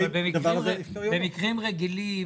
אבל במקרים רגילים,